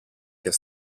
και